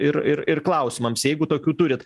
ir ir ir klausimams jeigu tokių turit